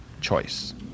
choice